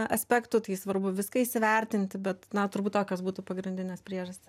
aspektų tai svarbu viską įsivertinti bet na turbūt tokios būtų pagrindinės priežastys